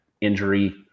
injury